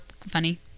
funny